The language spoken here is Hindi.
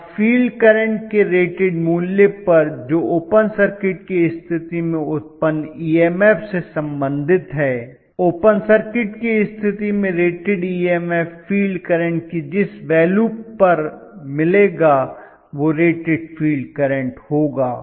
अब फील्ड करंट के रेटेड मूल्य पर जो ओपन सर्किट की स्थिति में उत्पन्न ईएमएफ से संबंधित है ओपन सर्किट की स्थिति में रेटेड ईएमएफ फील्ड करंट की जिस वैल्यू पर मिलेगा वह रेटेड फील्ड करंट होगा